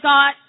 God